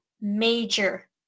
major